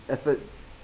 effort